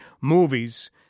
movies